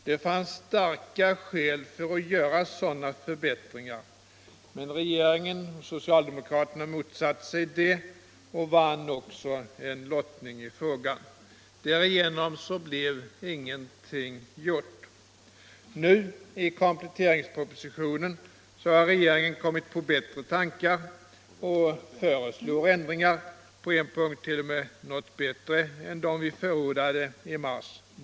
Det fanns starka skäl för att göra sådana förbättringar. Men regeringen och socialdemokraterna motsatte sig det och vann också en lottning i frågan. Därigenom blev ingenting gjort. Nu har regeringen i kompletteringspropositionen kommit på bättre tankar och föreslår ändringar — på en punkt t.o.m. något bättre än de vi förordade i mars.